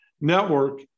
Network